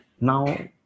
now